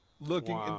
looking